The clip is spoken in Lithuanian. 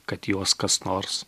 kad juos kas nors